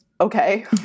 okay